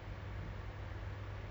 oh my god I'm the